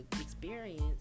experience